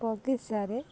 ବଗିଚାରେ